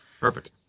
Perfect